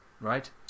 Right